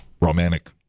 romantic